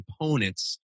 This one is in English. components